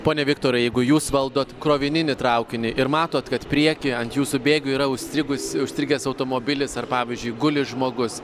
pone viktorai jeigu jūs valdot krovininį traukinį ir matot kad prieky ant jūsų bėgių yra užstrigus užstrigęs automobilis ar pavyzdžiui guli žmogus